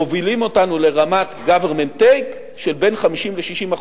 מובילים אותנו לרמת government take של בין 50% ל-60%,